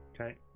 Okay